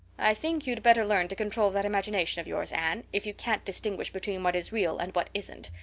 i think you'd better learn to control that imagination of yours, anne, if you can't distinguish between what is real and what isn't,